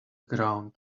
ground